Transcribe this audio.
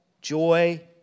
joy